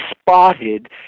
spotted